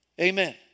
Amen